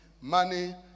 Money